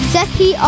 Zeki